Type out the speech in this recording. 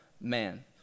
man